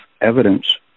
evidence